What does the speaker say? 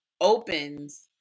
opens